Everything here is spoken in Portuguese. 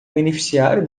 beneficiário